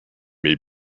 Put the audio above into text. may